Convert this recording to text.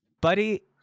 Buddy